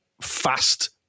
fast